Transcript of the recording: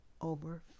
over